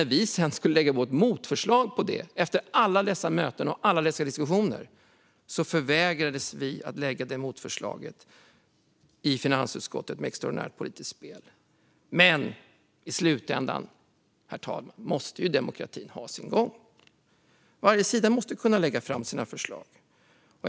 När vi sedan, efter alla dessa möten och diskussioner, skulle lägga fram vårt motförslag i finansutskottet förvägrades vi att göra det genom ett extraordinärt politiskt spel. Men i slutändan, herr talman, måste ju demokratin ha sin gång. Varje sida måste kunna lägga fram sina förslag.